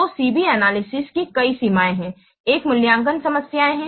तो C B analysis की कई सीमाएं हैं एक मूल्यांकन समस्याएं है